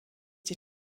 die